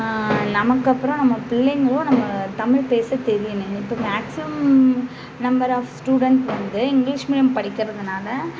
நமக்கு அப்புறம் நம்ம பிள்ளைங்களும் நம்ம தமிழ் பேச தெரியணும் இப்போ மேக்ஸிமம் நம்பர் ஆப் ஸ்டூடெண்ட் வந்து இங்கிலீஷ் மீடியம் படிக்கிறதுனால்